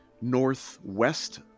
northwest